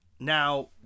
Now